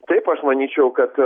taip aš manyčiau kad